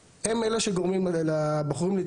נותנים לו מכשיר פתוח לגמרי.